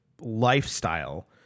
lifestyle